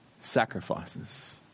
sacrifices